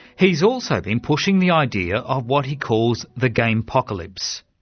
he's also been pushing the idea of what he calls the gamepocalypse.